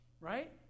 right